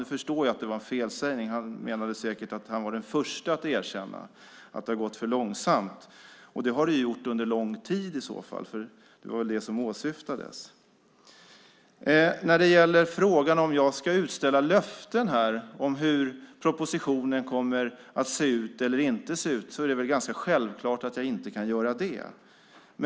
Jag förstår att det var en felsägning; han menade säkert att han var den förste att erkänna att det gått för långsamt. Det har det i så fall gjort under lång tid, för det var väl det som åsyftades. På frågan om jag kan utställa löften om hur propositionen kommer att se ut är väl svaret ganska självklart, nämligen att jag inte kan göra det.